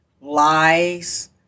lies